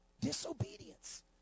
Disobedience